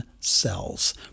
cells